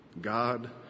God